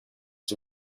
les